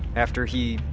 after he,